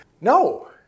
no